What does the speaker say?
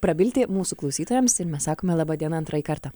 prabilti mūsų klausytojams ir mes sakome laba diena antrąjį kartą